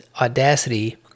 Audacity